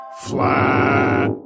flat